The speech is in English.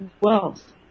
wealth